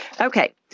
Okay